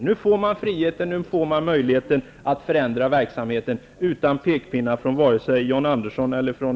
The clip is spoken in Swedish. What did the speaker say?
Nu får man friheten och möjligheten att förändra verksamheten utan pekpinnar från vare sig John